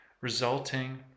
resulting